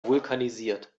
vulkanisiert